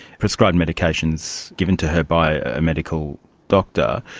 prescribed medications given to her by a medical doctor.